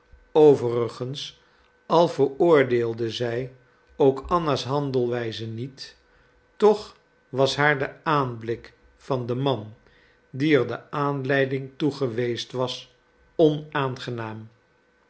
overigens al veroordeelde zij ook anna's handelwijze niet toch was haar de aanblik van den man die er de aanleiding toe geweest was onaangenaam